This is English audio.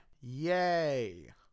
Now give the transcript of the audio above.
yay